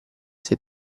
sei